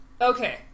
Okay